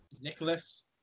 Nicholas